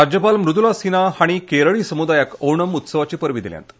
राज्यपाल मुद्ला सिन्हा हांणी केरळी समुदायाक ओणम उत्सवाची परबीं दिल्यांत